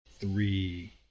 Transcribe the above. three